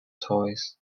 toys